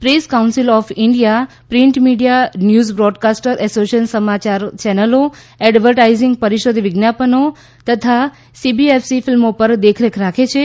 press council of India print media પર news broadcaster association સમાચાર ચેનલો પર એડવાટાઇઝીંગ પરિષદ વિજ્ઞાપનો પર તથા સીબીએફસી ફિલ્મો પર દેખરેખ રાખે છે